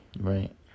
Right